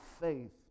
faith